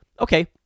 Okay